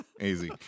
easy